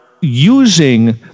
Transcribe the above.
using